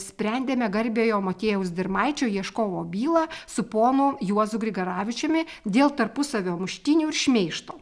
sprendėme garbiojo motiejaus dirmaičio ieškovo bylą su ponu juozu grigaravičiumi dėl tarpusavio muštynių ir šmeižto